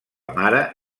mare